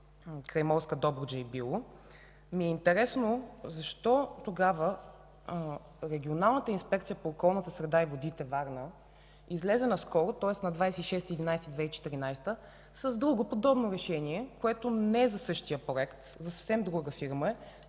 Крайморска Добруджа и Било, ми е интересно защо тогава Регионалната инспекция по околната среда и водите – Варна, излезе наскоро, на 26 ноември 2014 г., с друго подобно решение, което не е по същия проект, за съвсем друга фирма е,